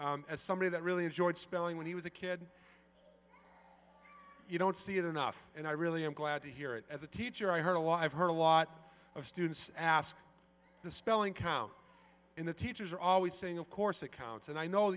as somebody that really enjoyed spelling when he was a kid you don't see it enough and i really am glad to hear it as a teacher i heard a lot i've heard a lot of students ask the spelling count in the teachers are always saying of course that counts and i know